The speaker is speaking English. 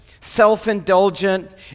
self-indulgent